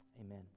amen